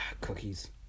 Cookies